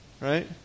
Right